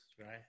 right